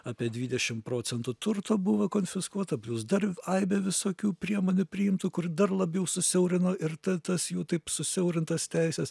apie dvidešim procentų turto buvo konfiskuota plius dar aibė visokių priemonių priimtų kur dar labiau susiaurino ir ta tas jų taip susiaurintas teises